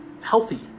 healthy